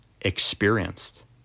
experienced